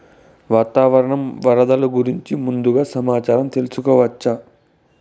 వాతావరణం వరదలు గురించి ముందుగా సమాచారం తెలుసుకోవచ్చా?